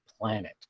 planet